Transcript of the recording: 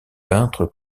peintre